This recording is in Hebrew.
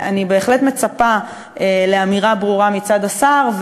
אני בהחלט מצפה לאמירה ברורה מצד השר.